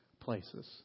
places